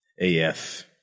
AF